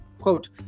Quote